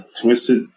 Twisted